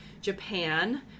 Japan